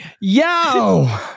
yo